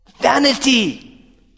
Vanity